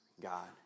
God